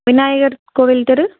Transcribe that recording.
விநாயகர் கோவில் தெரு